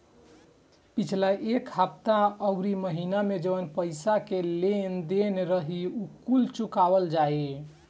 पिछला एक हफ्ता अउरी महीना में जवन पईसा के लेन देन रही उ कुल चुकावल जाई